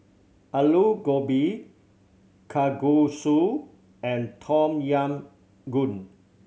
Alu Gobi Kalguksu and Tom Yam Goong